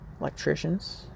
Electricians